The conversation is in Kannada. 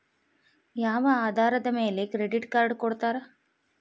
ಯಾವ ಆಧಾರದ ಮ್ಯಾಲೆ ಕ್ರೆಡಿಟ್ ಕಾರ್ಡ್ ಕೊಡ್ತಾರ?